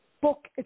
book